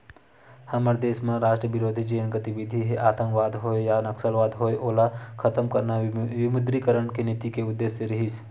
हमर देस म राष्ट्रबिरोधी जेन गतिबिधि हे आंतकवाद होय या नक्सलवाद होय ओला खतम करना विमुद्रीकरन के नीति के उद्देश्य रिहिस